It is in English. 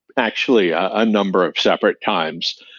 actually a number of separate times,